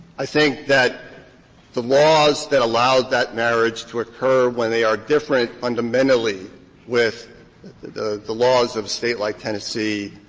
i think that the laws that allowed that marriage to occur, when they are different fundamentally with the the laws of a state like tennessee,